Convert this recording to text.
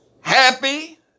Happy